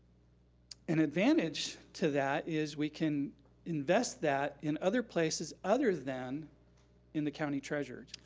an advantage to that is we can invest that in other places other than in the county treasury.